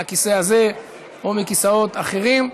מהכיסא הזה או מכיסאות אחרים.